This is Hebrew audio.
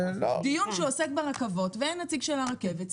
דיון שעוסק ברכבות בלי שיש פה נציג של הרכבת?